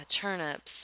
turnips